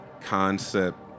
concept